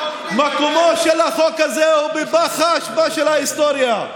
מקומו של החוק הזה הוא בפח האשפה של ההיסטוריה.